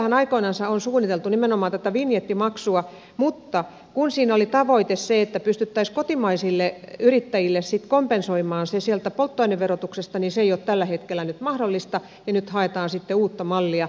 sellaistahan aikoinansa on suunniteltu nimenomaan tätä vinjettimaksua mutta kun siinä oli tavoite se että pystyttäisiin kotimaisille yrittäjille sitten kompensoimaan se sieltä polttoaineverotuksesta niin se ei ole tällä hetkellä nyt mahdollista ja nyt haetaan sitten uutta mallia